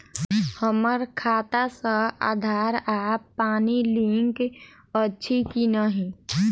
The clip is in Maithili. हम्मर खाता सऽ आधार आ पानि लिंक अछि की नहि?